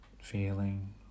feeling